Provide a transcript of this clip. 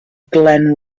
glen